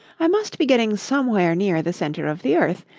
i must be getting somewhere near the centre of the earth.